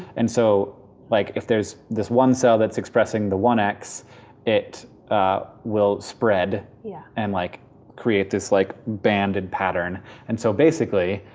and so like if there's this one cell that's expressing the one x it will spread yeah and like create this like banded pattern and so basically,